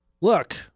look